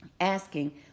asking